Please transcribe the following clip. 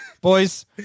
Boys